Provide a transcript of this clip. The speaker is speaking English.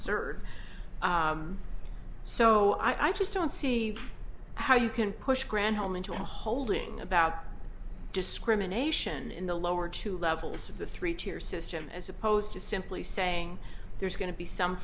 certain so i just don't see how you can push granholm into holding about discrimination in the lower two levels of the three tier system as opposed to simply saying there's going to be some